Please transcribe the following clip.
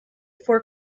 for